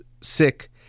sick